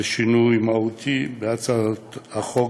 זה שינוי מהותי בהצעת החוק,